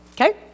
Okay